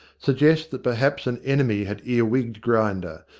suggest that perhaps an enemy had earwigged grinder,